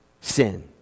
sin